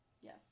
Yes